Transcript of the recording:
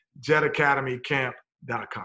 jetacademycamp.com